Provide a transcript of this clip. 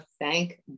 thank